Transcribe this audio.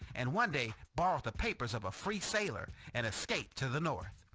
and one day borrowed the papers of a free sailor and escaped to the north.